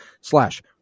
slash